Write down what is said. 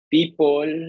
People